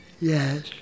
Yes